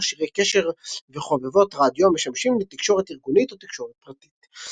מכשירי קשר וחובבות רדיו המשמשים לתקשורת ארגונית או תקשורת פרטית.